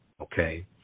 Okay